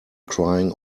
crying